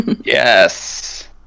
Yes